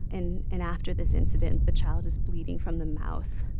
and and after this incident, the child is bleeding from the mouth.